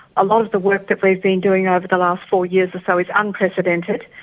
a lot of the work that we've been doing over the last four years or so is unprecedented,